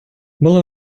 було